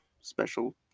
special